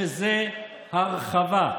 שזה הרחבה,